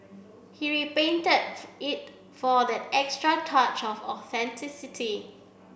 he repainted it for that extra touch of authenticity